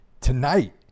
tonight